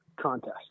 contest